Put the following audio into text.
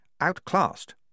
outclassed